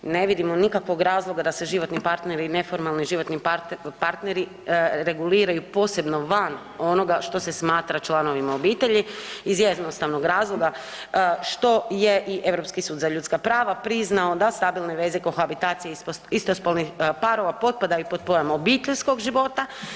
Ne vidimo nikakvog razloga da se životni partneri i neformalni životni partneri reguliraju posebno van onoga što se smatra članovima obitelji iz jednostavnog razloga što je i Europski sud za ljudska prava priznao da stabilne veze kohabitacije istospolnih parova potpadaju pod pojam obiteljskog života.